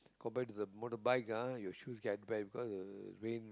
compared to the motorbike ah your shoes get bad because the rain